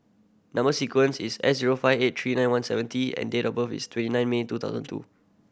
number sequence is S zero five eight three nine one seven T and date of birth is twenty nine May two thousand two